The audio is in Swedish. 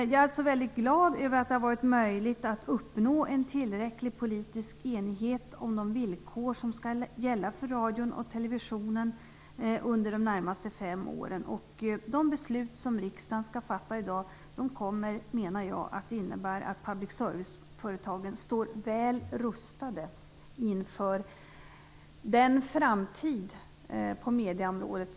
Jag är väldigt glad över att det har varit möjligt att uppnå en tillräcklig politisk enighet om de villkor som skall gälla för radion och televisionen under de närmaste fem åren. De beslut som riksdagen skall fatta i morgon kommer, menar jag, att innebära att public service-företagen står väl rustade inför framtiden på medieområdet.